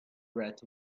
breath